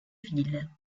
ville